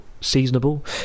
Seasonable